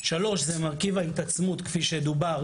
שלוש, זה מרכיב ההתעצמות כפי שדובר.